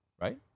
right